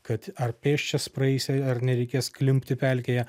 kad ar pėsčias praeis ar nereikės klimpti pelkėje